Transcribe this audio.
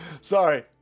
sorry